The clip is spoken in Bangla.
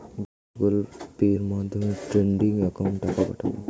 গুগোল পের মাধ্যমে ট্রেডিং একাউন্টে টাকা পাঠাবো?